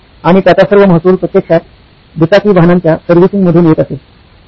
आणि त्याचा सर्व महसूल प्रत्यक्षात दुचाकी वाहनांच्या सर्व्हिसिंग मधून येत असे